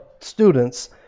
students